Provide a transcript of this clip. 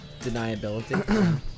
deniability